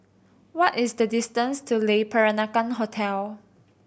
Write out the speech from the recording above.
what is the distance to Le Peranakan Hotel